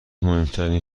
مهمترین